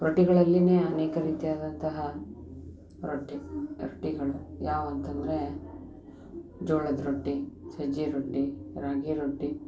ರೊಟ್ಟಿಗಳಲ್ಲಿಯೇ ಅನೇಕ ರೀತಿಯಾದಂತಹ ರೊಟ್ಟಿ ರೊಟ್ಟಿಗಳು ಯಾವು ಅಂತಂದರೆ ಜೋಳದ ರೊಟ್ಟಿ ಸಜ್ಜೆ ರೊಟ್ಟಿ ರಾಗಿ ರೊಟ್ಟಿ